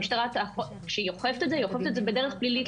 המשטרה אוכפת את זה בדרך פלילית,